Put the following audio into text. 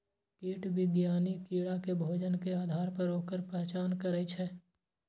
कीट विज्ञानी कीड़ा के भोजन के आधार पर ओकर पहचान करै छै